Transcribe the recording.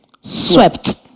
swept